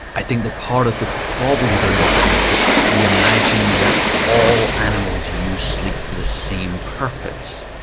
i think that part of the problem very often is that we imagine that all animals use sleep for the same purpose.